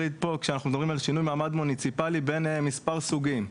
כשאנחנו מדברים על שינוי מעמד מוניציפלי צריך להפריד בין מספר סוגים.